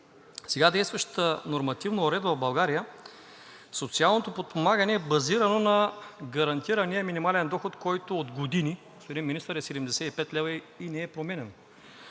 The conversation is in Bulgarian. сега действащата нормативна уредба в България социалното подпомагане е базирано на гарантирания минимален доход, който от години, господин Министър, е 75 лв. и не е променян.